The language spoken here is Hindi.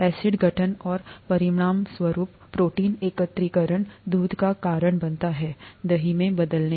एसिड गठन और परिणामस्वरूप प्रोटीन एकत्रीकरण दूध का कारण बनता है दही में बदलना